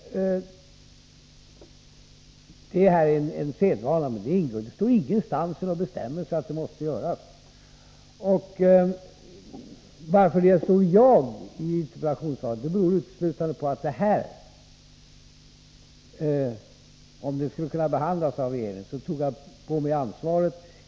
Det är riktigt. Det är en sedvana att så sker, men det står ingenstans i någon bestämmelse att ett sådant ärende skall anmälas till högsta domstolen. Att det står ”jag” i interpellationssvaret beror uteslutande på att jag för att ärendet skulle kunna behandlas av regeringen tog på mig ansvaret.